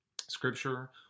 scripture